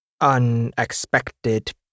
unexpected